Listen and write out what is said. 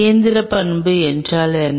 இயந்திர பண்பு என்றால் என்ன